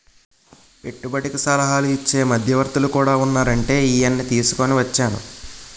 పెట్టుబడికి సలహాలు ఇచ్చే మధ్యవర్తులు కూడా ఉన్నారంటే ఈయన్ని తీసుకుని వచ్చేను